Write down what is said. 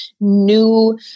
new